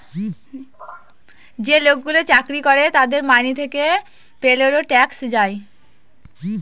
যে লোকগুলো চাকরি করে তাদের মাইনে থেকে পেরোল ট্যাক্স যায়